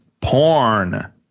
Porn